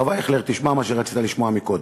הרב אייכלר, תשמע מה שרצית לשמוע קודם,